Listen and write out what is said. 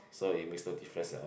so it makes no difference at all